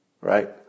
right